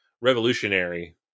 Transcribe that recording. revolutionary